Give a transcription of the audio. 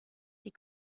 die